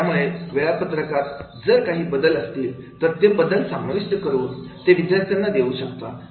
त्यामुळे वेळापत्रकात जर जर काही बदल असतील तर तसे बदल समाविष्ट करून ते विद्यार्थ्यांना देऊ शकता